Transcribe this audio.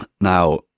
Now